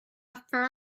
fur